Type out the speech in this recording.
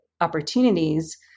opportunities